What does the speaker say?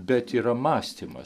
bet yra mąstymas